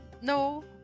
no